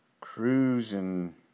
cruising